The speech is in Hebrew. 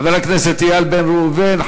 חברי הכנסת איל בן ראובן,